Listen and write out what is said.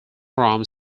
from